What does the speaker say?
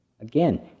Again